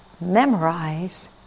memorize